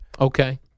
Okay